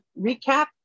recap